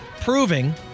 proving